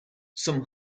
some